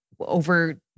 over